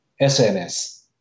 SNS